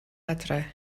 adre